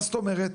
מה זאת אומרת?